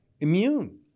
immune